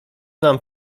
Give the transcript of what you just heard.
nam